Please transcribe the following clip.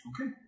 Okay